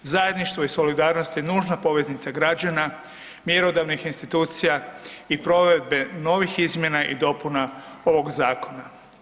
Zajedništvo i solidarnost je nužna poveznica građana, mjerodavnih institucija i provedbe novih izmjena i dopuna ovog zakona.